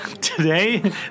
Today